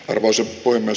arvoisa puhemies